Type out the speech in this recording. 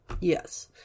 Yes